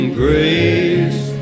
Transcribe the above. grace